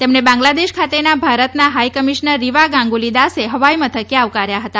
તેમને બાગ્લાદેશ ખાતેના ભારતાના હાય કમિશ્નર રીવા ગાંગુલી દાસે હવાઇમથકે આવકાર્યા હતા